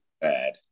bad